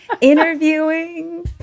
interviewing